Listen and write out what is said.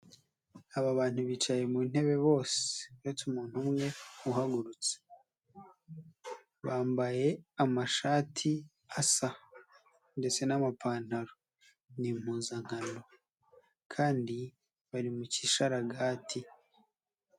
Aba bantu bicaye mu ntebe bose, uretse umuntu umwe uhagurutse. Bambaye amashati asa ndetse n'amapantaro ni impuzankano kandi bari mu gisharagati.